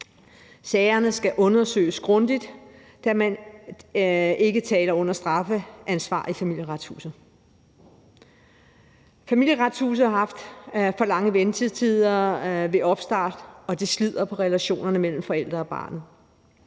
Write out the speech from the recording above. Sagerne skal undersøges grundigt, da man ikke taler under strafansvar i Familieretshuset. Familieretshuset har ved opstarten haft for lange ventetider, og det slider på relationerne mellem forældrene og barnet.